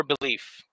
belief